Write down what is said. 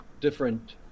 different